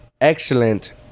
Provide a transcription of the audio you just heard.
excellent